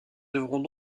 devront